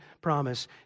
promise